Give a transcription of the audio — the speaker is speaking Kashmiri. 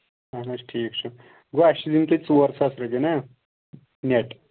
اَہن حظ ٹھیٖک چھُ گوٚو اَسہِ چھِ دِنۍ تۄہہِ ژور ساس رۄپیہِ نہ نٮ۪ٹ